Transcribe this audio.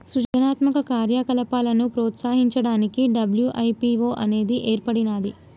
సృజనాత్మక కార్యకలాపాలను ప్రోత్సహించడానికి డబ్ల్యూ.ఐ.పీ.వో అనేది ఏర్పడినాది